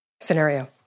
scenario